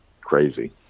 crazy